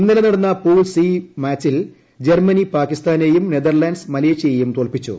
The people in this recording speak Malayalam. ഇന്നലെ നടന്ന പൂർ ്യൂസി മാച്ചിൽ ജർമ്മനി പാകിസ്ഥാനെയും നെതർലന്റ്സ് മ്ലേഷ്യയെയും തോല്പിച്ചു